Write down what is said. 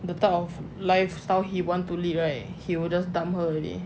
the type of lifestyle he want to lead right he'll just dump her already